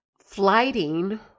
flighting